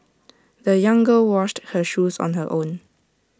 the young girl washed her shoes on her own